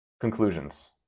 Conclusions